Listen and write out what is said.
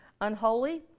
unholy